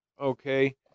okay